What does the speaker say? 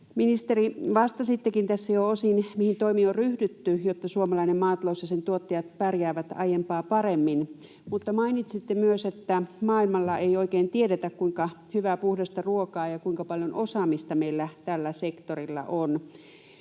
Ministeri, vastasittekin tässä jo osin, mihin toimiin on ryhdytty, jotta suomalainen maatalous ja sen tuottajat pärjäävät aiempaa paremmin, mutta mainitsitte myös, että maailmalla ei oikein tiedetä, kuinka hyvää, puhdasta ruokaa ja kuinka paljon osaamista meillä tällä sektorilla on.